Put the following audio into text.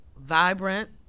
vibrant